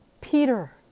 Peter